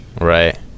right